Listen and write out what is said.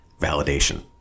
validation